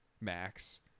max